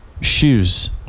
shoes